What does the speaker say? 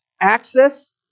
access